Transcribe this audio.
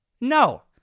No